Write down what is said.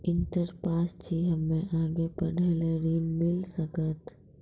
Inter pass छी हम्मे आगे पढ़े ला ऋण मिल सकत?